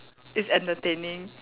it's entertaining